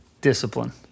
Discipline